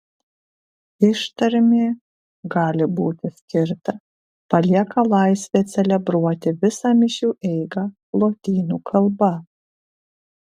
ištarmė gali būti skirta palieka laisvę celebruoti visą mišių eigą lotynų kalba